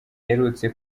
iherutse